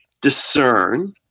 discern